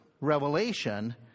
Revelation